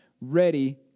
ready